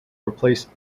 replace